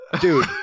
dude